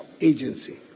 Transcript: Agency